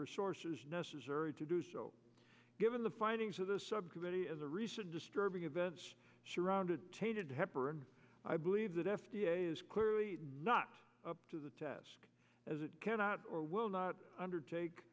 resources necessary to do so given the findings of the subcommittee as a recent disturbing event surrounded tainted heparin i believe that f d a is clearly not up to the test as it cannot or will not undertake